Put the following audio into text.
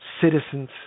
citizens